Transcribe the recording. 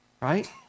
right